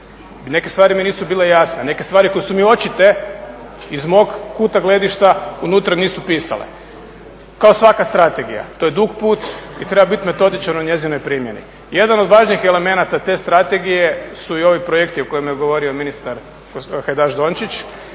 Neke stvari mi nisu bile jasne, neke stvari koje su mi očite iz mog kuta gledišta unutra nisu pisale. Kao svaka strategija to je dug put i treba biti metodičan u njezinoj primjeni. Jedan od važnijih elemenata te strategije su i ovi projekti o kojima je govorio ministar Hajdaš-Dončić.